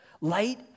Light